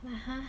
(uh huh)